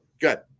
Good